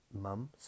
Mum